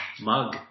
mug